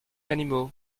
animaux